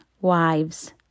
wives